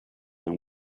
and